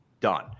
done